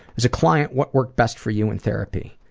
as a client, what worked best for you in therapy?